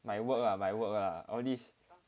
my work lah my work lah all these